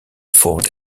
ford